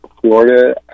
Florida